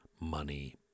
money